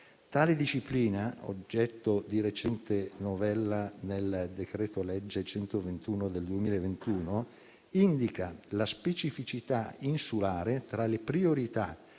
Tale disciplina, oggetto di recente novella nel decreto-legge n. 121 del 2021, indica la specificità insulare tra le priorità